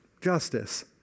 justice